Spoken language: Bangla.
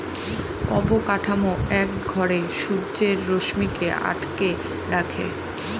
অবকাঠামো এক ঘরে সূর্যের রশ্মিকে আটকে রাখে